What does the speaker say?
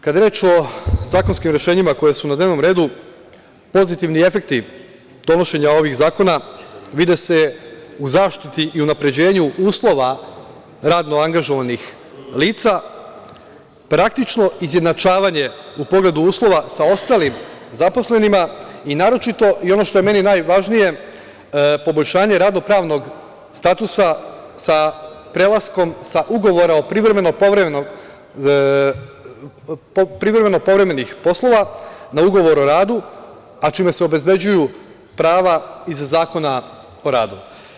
Kada je reč o zakonskim rešenjima koja su na dnevnom redu, pozitivni efekti donošenja ovih zakona se vide u zaštiti i unapređenju uslova radno angažovanih lica, praktično izjednačavanje u pogledu uslova sa ostalim zaposlenima i naročito i ono što mi je najvažnije, poboljšanje radno-pravnog statusa sa prelaskom sa ugovora o privremenim i povremenim poslovima na ugovor o radu, a čime se obezbeđuju prava iz Zakona o radu.